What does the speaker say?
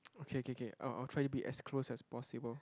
okay K K I'll I'll try to be as close as possible